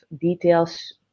details